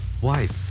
Wife